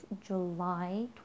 July